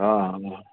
हा हा